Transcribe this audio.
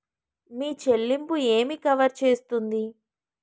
మీ చెల్లింపు ఏమి కవర్ చేస్తుంది?